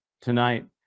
tonight